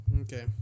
Okay